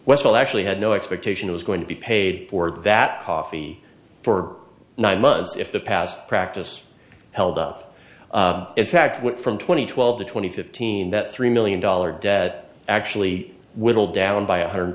was well actually had no expectation was going to be paid for that coffee for nine months if the past practice held up in fact went from twenty twelve to twenty fifteen that three million dollar debt actually whittled down by one hundred